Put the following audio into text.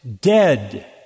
dead